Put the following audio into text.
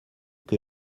que